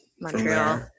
Montreal